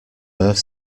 birth